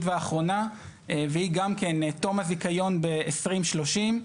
והאחרונה והיא גם כן תום הזיכיון ב-2030.